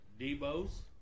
Debo's